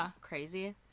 crazy